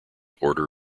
order